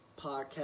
Podcast